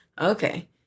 Okay